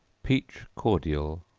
peach cordial.